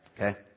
Okay